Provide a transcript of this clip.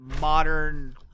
modern